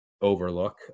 overlook